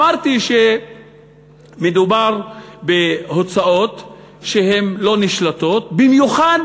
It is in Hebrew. אמרתי שמדובר בהוצאות שהן לא נשלטות, במיוחד